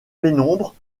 pénombre